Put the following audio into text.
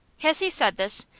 has he said this?